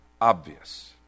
obvious